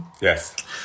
Yes